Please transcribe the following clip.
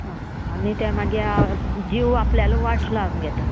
आनी ते मागी जीव आपल्यालो वाट लावन घेता